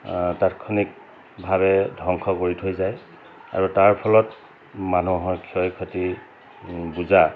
তাৎক্ষণিকভাৱে ধ্বংস কৰি থৈ যায় আৰু তাৰ ফলত মানুহৰ ক্ষয় ক্ষতি বুজা